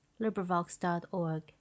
LibriVox.org